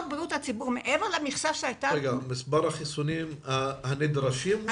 מספר החיסונים הנדרשים הושלש?